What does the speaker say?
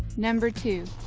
number two